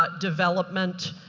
ah development,